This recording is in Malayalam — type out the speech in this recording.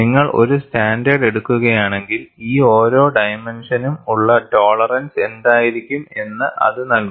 നിങ്ങൾ ഒരു സ്റ്റാൻഡേർഡ് എടുക്കുകയാണെങ്കിൽ ഈ ഓരോ ഡൈമെൻഷനും ഉള്ള റ്റോളറൻസ് എന്തായിരിക്കും എന്ന് അത് നൽകും